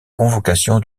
convocation